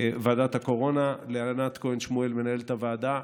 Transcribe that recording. ועדת הקורונה, לענת כהן-שמואל, מנהלת הוועדה,